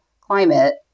climate